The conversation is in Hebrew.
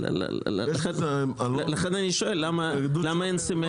לכן אני שואל למה אין סימטריה.